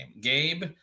Gabe